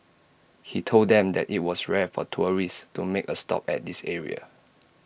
he told them that IT was rare for tourists to make A stop at this area